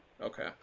Okay